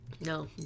no